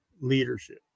leadership